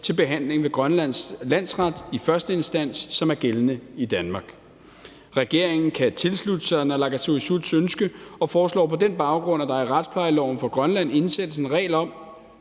til behandling ved Grønlands landsret i første instans, som er gældende i Danmark. Regeringen kan tilslutte sig naalakkersuisuts ønske og foreslår på den baggrund, at der i retsplejeloven for Grønland indsættes en regel om,